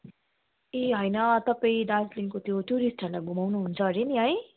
ए हैन तपाईँ दार्जिलिङको त्यो टुरिस्टहरूलाई घुमाउनु हुन्छ अरे नि है